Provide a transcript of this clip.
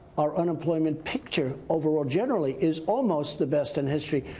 our unemployment picture overall generally is almost the best in history.